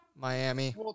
Miami